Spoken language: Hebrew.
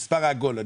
בשביל המספר העגול,